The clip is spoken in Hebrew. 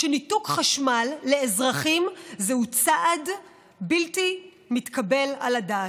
שניתוק חשמל לאזרחים הוא צעד בלתי מתקבל על הדעת,